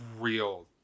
Real